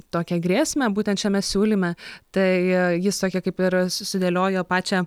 tokią grėsmę būtent šiame siūlyme tai jis sakė kaip ir susidėliojo pačią